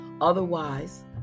Otherwise